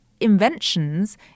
inventions